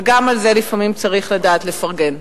וגם על זה לפעמים צריך לדעת לפרגן.